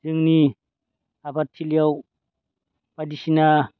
जोंनि आबादथिलियाव बायदिसिना